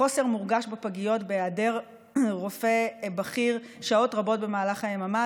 החוסר מורגש בפגיות בהיעדר רופא בכיר שעות רבות במהלך היממה,